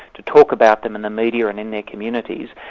to talk about them in the media and in their communities,